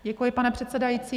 Děkuji, pane předsedající.